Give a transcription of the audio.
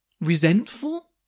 Resentful